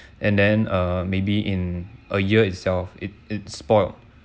and then err maybe in a year itself it it's spoilt